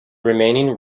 remaining